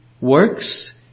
works